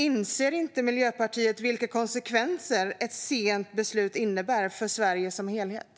Inser inte Miljöpartiet vilka konsekvenser ett sent beslut innebär för Sverige som helhet?